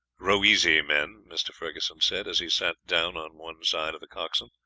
row easy, men, mr. ferguson said, as he sat down on one side of the coxswain,